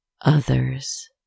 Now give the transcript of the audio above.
others